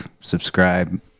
subscribe